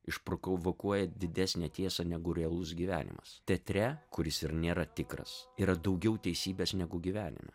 išprovokuoja didesnę tiesą negu realus gyvenimas teatre kuris ir nėra tikras yra daugiau teisybės negu gyvenime